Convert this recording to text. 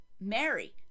Mary